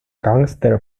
gangster